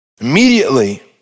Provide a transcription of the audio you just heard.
Immediately